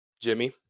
Jimmy